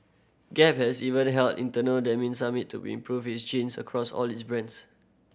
gap has even held internal denim summit to improve its jeans across all its brands